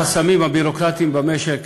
בחסמים הביורוקרטיים במשק,